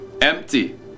Empty